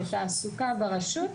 לתעסוקה ברשות,